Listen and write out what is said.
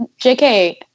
JK